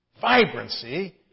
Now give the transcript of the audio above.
vibrancy